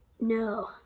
No